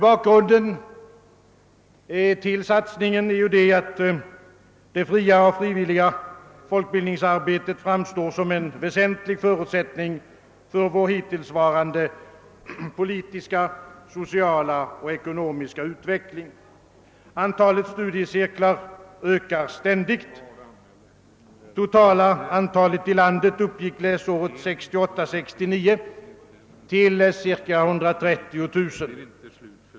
Bakgrunden till satsningen är ju, att det fria och frivilliga folkbildningsarbetet framstår som en väsentlig förutsättning för vår hittillsvarande po litiska, sociala och ekonomiska utvecke ling. Antalet studiecirklar ökar ständigt. Det totala antalet i landet uppgick läsåret 1968/69 till cirka 130 000.